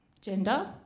gender